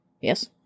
yes